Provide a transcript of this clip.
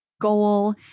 goal